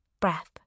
breath